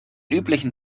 üblichen